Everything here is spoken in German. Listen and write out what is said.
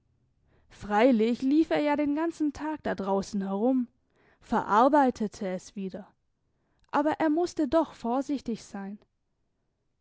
freilich lief er ja den ganzen tag da draussen herum verarbeitete es wieder aber er musste doch vorsichtig sein